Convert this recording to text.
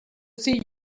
see